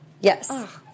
Yes